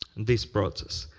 this process.